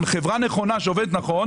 תשובות עתידיות,